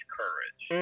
courage